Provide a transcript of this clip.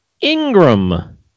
Ingram